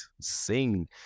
sing